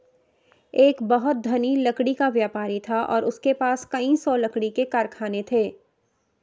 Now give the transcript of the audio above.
एक बहुत धनी लकड़ी का व्यापारी था और उसके पास कई सौ लकड़ी के कारखाने थे